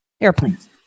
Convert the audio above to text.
Airplanes